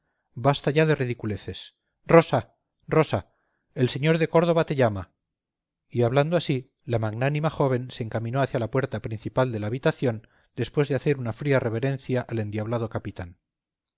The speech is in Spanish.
basta ya de ridiculeces rosa rosa el señor de córdoba te llama y hablando así la magnánima joven se encaminó hacia la puerta principal de la habitación después de hacer una fría reverencia al endiablado capitán